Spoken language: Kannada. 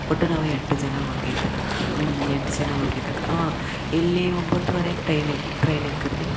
ಒಟ್ಟು ನಾವು ಎಂಟು ಜನ ಹೋಗಿದ್ದು ಹ್ಞೂ ಎಂಟು ಜನ ಹೋಗಿದ್ದಕ್ಕ ಹಾಂ ಇಲ್ಲಿ ಒಂಬತ್ತುವರೆಗೆ ಟ್ರೇನಿಗೆ ಟ್ರೈನ್ ಇಕ್ಕದ್ವಿ